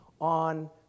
on